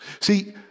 see